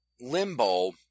Limbo